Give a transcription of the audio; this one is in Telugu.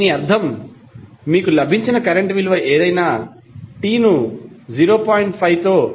దీని అర్థం మీకు లభించిన కరెంట్ విలువ ఏదైనా t ను 0